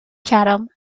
chatham